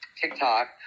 TikTok